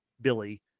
Billy